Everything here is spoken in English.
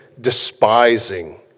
despising